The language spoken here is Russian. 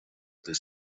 этой